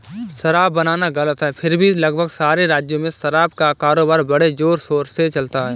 शराब बनाना गलत है फिर भी लगभग सारे राज्यों में शराब का कारोबार बड़े जोरशोर से चलता है